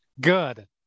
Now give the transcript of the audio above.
Good